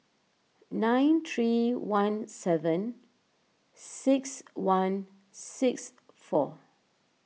nine three one seven six one six four